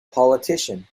politician